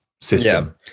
System